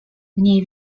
mniej